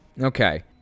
Okay